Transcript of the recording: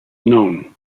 known